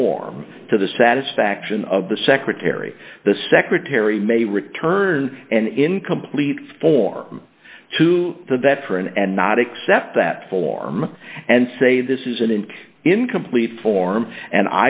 form to the satisfaction of the secretary the secretary may return and incomplete for him to the veteran and not accept that form and say this is an incomplete form and